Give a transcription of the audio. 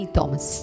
Thomas